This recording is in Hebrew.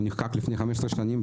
הוא נחקק לפני 15 שנים,